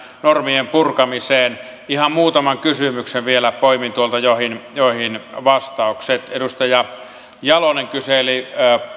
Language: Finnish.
normien purkamiseen liittyen ihan muutaman kysymyksen vielä poimin tuolta joihin joihin vastaukset edustaja jalonen kyseli